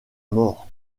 mort